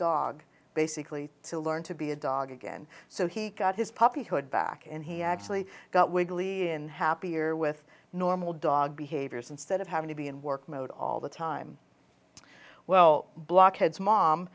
dog basically to learn to be a dog again so he got his puppyhood back and he actually got wiggly and happier with normal dog behaviors instead of having to be in work mode all the time well blockheads mom